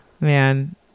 Man